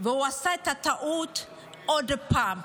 הוא עשה את הטעות עוד פעם.